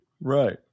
Right